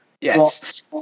Yes